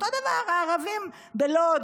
אותו דבר הערבים בלוד,